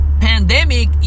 pandemic